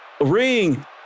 ring